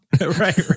right